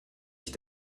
ich